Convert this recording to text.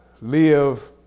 live